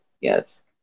Yes